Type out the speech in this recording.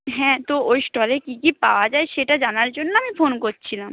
হ্যাঁ তো ওই স্টলে কী কী পাওয়া যায় সেটা জানার জন্য আমি ফোন করছিলাম